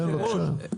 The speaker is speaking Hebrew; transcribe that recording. כן, בבקשה, שנייה.